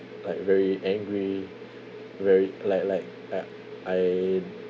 like very angry very like like I I